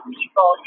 people